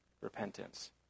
repentance